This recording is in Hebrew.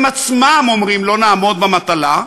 הם עצמם אומרים: לא נעמוד במטלה.